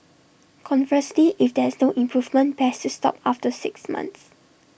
conversely if there is no improvement best to stop after six months